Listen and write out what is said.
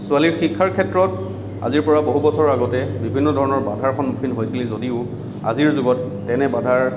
ছোৱালীৰ শিক্ষাৰ ক্ষেত্ৰত আজিৰপৰা বহু বছৰ আগতে বিভিন্ন ধৰণৰ বাধাৰ সন্মুখীন হৈছিলে যদিও আজিৰ যুগত তেনে বাধাৰ